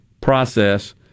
process